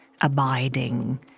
abiding